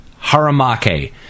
Haramake